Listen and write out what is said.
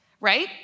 right